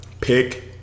Pick